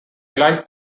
life